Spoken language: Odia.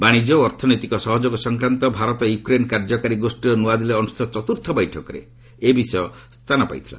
ବାଶିଜ୍ୟ ଓ ଅର୍ଥନୈତିକ ସହଯୋଗ ସଂକ୍ରାନ୍ତ ଭାରତ ୟୁକ୍ରେନ କାର୍ଯ୍ୟକାରୀ ଗୋଷ୍ଠାର ନୂଆଦିଲ୍ଲୀରେ ଅନୁଷ୍ଠିତ ଚତୁର୍ଥ ବୈଠକରେ ଏ ବିଷୟ ସ୍ଥାନ ପାଇଥିଲା